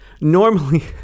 normally